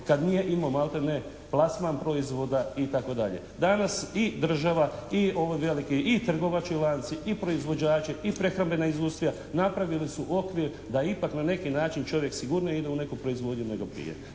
kad nije imao maltene plasman proizvoda itd. Danas i država i ovi veliki i trgovački lanci i proizvođači i prehrambena industrija napravili su okvir da je ipak na neki način čovjek sigurniji, ide u neku proizvodnju nego prije.